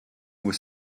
was